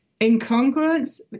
incongruence